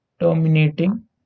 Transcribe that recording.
terminating